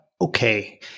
okay